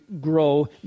grow